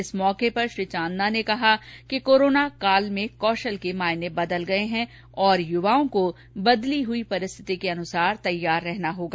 इस मौके पर श्री चांदना ने कहा कि कोरोना काल में कौशल के मायने बदल गये है और युवाओं को बदली हुई परिस्थिति के अनुसार तैयार रहना होगा